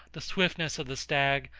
the swiftness of the stag,